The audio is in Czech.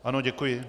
Ano, děkuji.